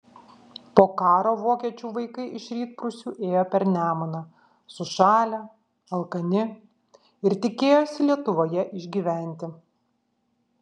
po karo vokiečių vaikai iš rytprūsių ėjo per nemuną sušalę alkani ir tikėjosi lietuvoje išgyventi